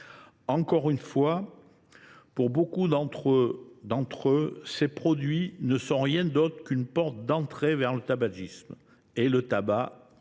Encore une fois, beaucoup de ces produits ne sont rien d’autre qu’une porte d’entrée vers le tabagisme. Et le tabac,